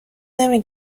نمی